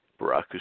Barack